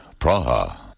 Praha